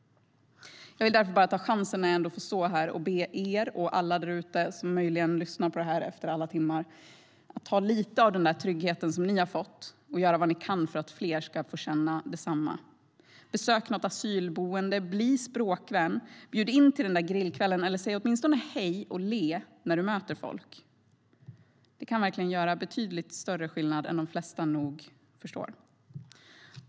Jag vill därför ta chansen, när jag står här, att be er och alla där ute som möjligen lyssnar att ta lite av den trygghet som ni har fått och göra vad ni kan för att fler ska få känna detsamma. Besök något asylboende, bli språkvän, bjud in till den där grillkvällen eller säg åtminstone hej och le när du möter folk! Det kan göra betydligt större skillnad än de flesta nog förstår.